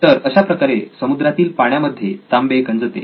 तर अशाप्रकारे समुद्रातील पाण्यामध्ये तांबे गंजते